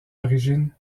origine